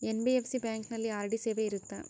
NBFC ಬ್ಯಾಂಕಿನಲ್ಲಿ RD ಸೇವೆ ಇರುತ್ತಾ?